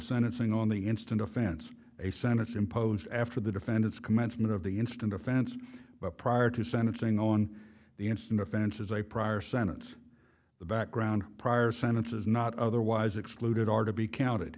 sentencing on the instant offense a sentence imposed after the defendant's commencement of the instant offense but prior to sentencing on the instant offense is a prior sentence the background prior sentence is not otherwise excluded are to be counted